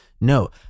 no